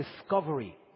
discovery